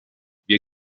wir